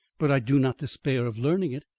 but i do not despair of learning it.